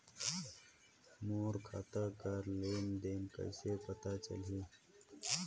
मोर खाता कर लेन देन कइसे पता चलही?